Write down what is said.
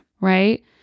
right